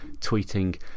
tweeting